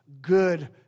Good